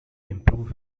improve